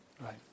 right